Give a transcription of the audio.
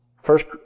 First